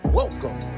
welcome